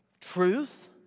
truth